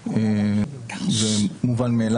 הסטטיסטיקאי הראשי ובין אם הכוונות היו נכונות ובין אם לא היו